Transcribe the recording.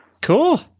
Cool